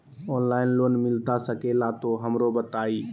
Online loan मिलता सके ला तो हमरो बताई?